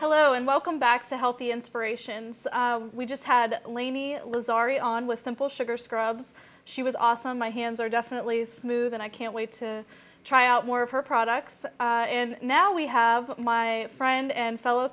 hello and welcome back to healthy inspiration we just had on with simple sugar scrubs she was awesome my hands are definitely smooth and i can't wait to try out more of her products and now we have my friend and fellow